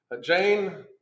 Jane